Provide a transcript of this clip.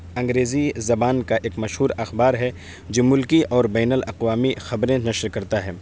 انگریزی زبان کا ایک مشہور اخبار ہے جو ملکی اور بین الاقوامی خبریں نشر کرتا ہے